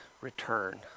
return